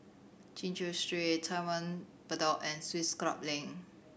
Chin Chew Street Taman Bedok and Swiss Club Link